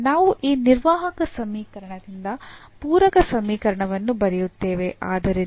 ನಾವು ಈ ನಿರ್ವಾಹಕ ಸಮೀಕರಣದಿಂದ ಪೂರಕ ಸಮೀಕರಣವನ್ನು ಬರೆಯುತ್ತೇವೆ ಆದ್ದರಿಂದ